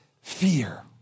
fear